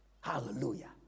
Hallelujah